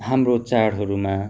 हाम्रो चाडहरूमा